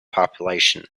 population